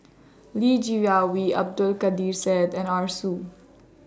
Li Jiawei Abdul Kadir Syed and Arasu